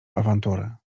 awantury